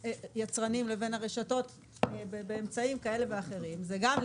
היצרנים לבין הרשתות באמצעים כאלה ואחרים זה גם למכור,